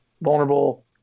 vulnerable